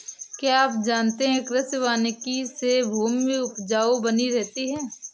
क्या आप जानते है कृषि वानिकी से भूमि उपजाऊ बनी रहती है?